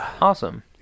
awesome